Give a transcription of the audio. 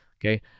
Okay